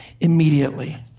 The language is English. immediately